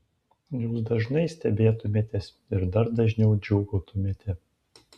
jūs dažnai stebėtumėtės ir dar dažniau džiūgautumėte